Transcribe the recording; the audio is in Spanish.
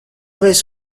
vez